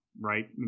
right